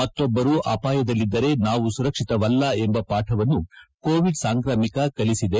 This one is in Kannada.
ಮತ್ತೊಬ್ಬರು ಅಪಾಯದಲ್ಲಿದ್ದರೆ ನಾವು ಸುರಕ್ಷಿತವಲ್ಲ ಎಂಬ ಪಾಠವನ್ನು ಕೋವಿಡ್ ಸಾಂಕ್ರಾಮಿಕ ಕಲಿಸಿದೆ